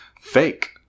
fake